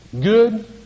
good